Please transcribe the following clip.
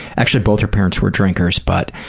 actually both her parents were drinkers. but